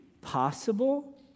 possible